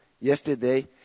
yesterday